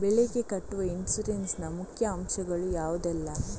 ಬೆಳೆಗೆ ಕಟ್ಟುವ ಇನ್ಸೂರೆನ್ಸ್ ನ ಮುಖ್ಯ ಅಂಶ ಗಳು ಯಾವುದೆಲ್ಲ?